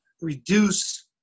reduce